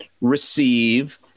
Receive